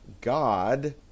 God